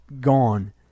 Gone